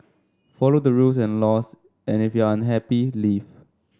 follow the rules and laws and if you're unhappy leave